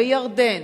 גברתי.